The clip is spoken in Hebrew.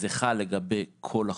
זה חל לגבי כל החוק,